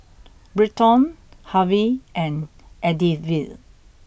Britton Harve and Edythe